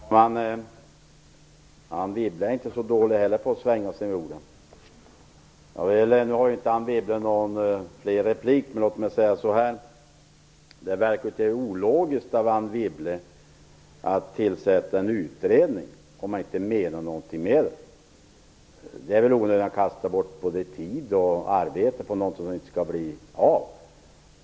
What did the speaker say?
Herr talman! Anne Wibble är inte heller så dålig på att svänga sig med orden. Nu har inte Anne Wibble någon mer replik, men låt mig säga att det verkar litet ologiskt av Anne Wibble att tillsätta en utredning om hon inte menade någonting med den. Det är väl att i onödan kasta bort tid och arbete på någonting som inte skall bli av.